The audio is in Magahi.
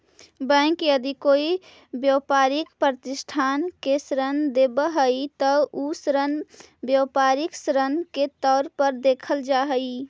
बैंक यदि कोई व्यापारिक प्रतिष्ठान के ऋण देवऽ हइ त उ ऋण व्यापारिक ऋण के तौर पर देखल जा हइ